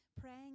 Praying